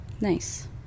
Nice